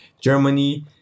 Germany